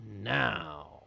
now